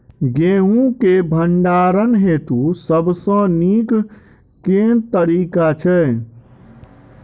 गेंहूँ केँ भण्डारण हेतु सबसँ नीक केँ तरीका छै?